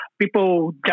people